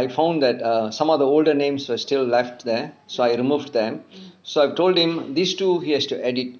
I found that err some of the older names are still left there so I removed them so I've told him these two he has to edit